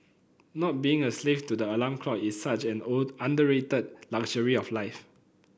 not being a slave to the alarm clock is such an underrated luxury of life